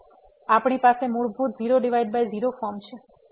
તેથી આપણી પાસે મૂળભૂત 00 ફોર્મ છે